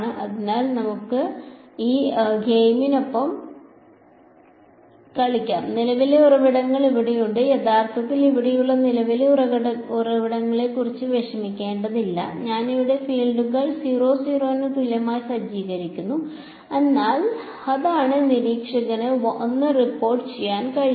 അതിനാൽ നമുക്ക് ഈ ഗെയിമിനൊപ്പം കളിക്കാം നിലവിലെ ഉറവിടങ്ങൾ ഇവിടെയുണ്ട് യഥാർത്ഥത്തിൽ ഇവിടെയുള്ള നിലവിലെ ഉറവിടങ്ങളെക്കുറിച്ച് വിഷമിക്കേണ്ടതില്ല ഞാൻ ഇവിടെ ഫീൽഡുകൾ 00 ന് തുല്യമായി സജ്ജീകരിക്കുന്നു അതാണ് നിരീക്ഷകൻ 1 റിപ്പോർട്ട് ചെയ്യാൻ പോകുന്നത്